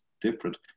different